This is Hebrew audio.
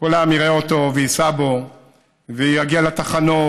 כל העם יראה אותו וייסע בו ויגיע לתחנות